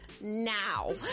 now